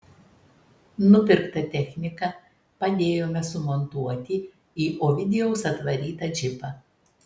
nupirktą techniką padėjome sumontuoti į ovidijaus atvarytą džipą